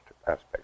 aspects